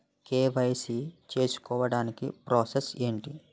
KYC చేసుకోవటానికి process ఏంటి?